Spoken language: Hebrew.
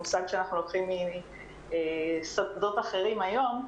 מושג שאנחנו לוקחים משדות אחרים היום.